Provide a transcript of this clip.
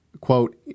quote